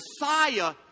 Messiah